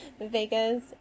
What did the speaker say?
Vega's